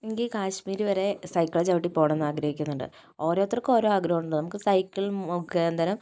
എനിക്ക് ഈ കാശ്മീർ വരെ സൈക്കിൾ ചവിട്ടി പോകണം എന്ന് ആഗ്രഹിക്കുന്നുണ്ട് ഓരോരുത്തർക്കും ഓരോ ആഗ്രഹം ഉണ്ട് നമുക്ക് സൈക്കിൾ മുഖാന്തരം